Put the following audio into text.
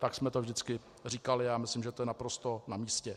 Tak jsme to vždycky říkali a myslím, že to je naprosto namístě.